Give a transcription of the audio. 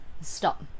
Stop